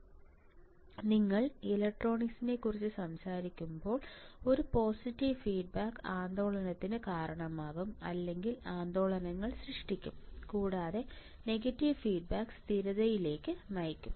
അതിനാൽ നിങ്ങൾ ഇലക്ട്രോണിക്സിനെക്കുറിച്ച് സംസാരിക്കുമ്പോൾ ഒരു പോസിറ്റീവ് ഫീഡ്ബാക്ക് ആന്ദോളനത്തിന് കാരണമാകും അല്ലെങ്കിൽ ആന്ദോളനങ്ങൾ സൃഷ്ടിക്കും കൂടാതെ നെഗറ്റീവ് ഫീഡ്ബാക്ക് സ്ഥിരതയിലേക്ക് നയിക്കും